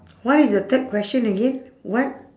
what is the third question again what